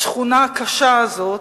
השכונה הקשה הזאת,